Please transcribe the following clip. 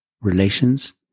relations